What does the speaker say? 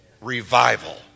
revival